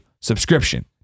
subscription